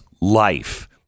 life